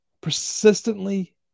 persistently